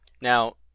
Now